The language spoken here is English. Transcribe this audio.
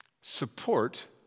support